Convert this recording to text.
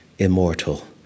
immortal